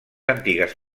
antigues